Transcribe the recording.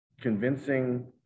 convincing